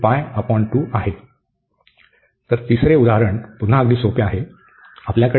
तर तिसरे उदाहरण पुन्हा अगदी सोपे आहे